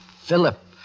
Philip